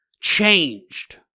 changed